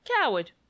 Coward